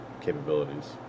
capabilities